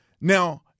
Now